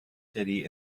city